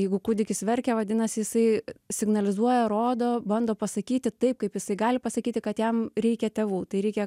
jeigu kūdikis verkia vadinas jisai signalizuoja rodo bando pasakyti taip kaip jisai gali pasakyti kad jam reikia tėvų tai reikia